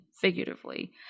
figuratively